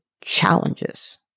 challenges